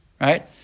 Right